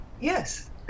yes